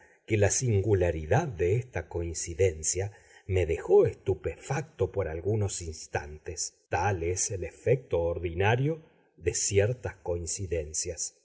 que la singularidad de esta coincidencia me dejó estupefacto por algunos instantes tal es el efecto ordinario de ciertas coincidencias